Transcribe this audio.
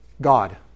God